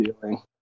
feeling